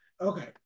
Okay